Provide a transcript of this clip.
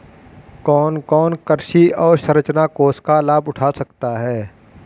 कौन कौन कृषि अवसरंचना कोष का लाभ उठा सकता है?